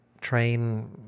train